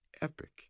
epic